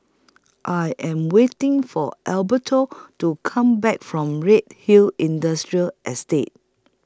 I Am waiting For Alberto to Come Back from Redhill Industrial Estate